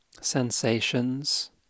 sensations